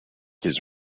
his